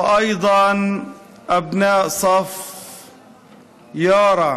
וגם לבני כיתתה של יארא.) יארא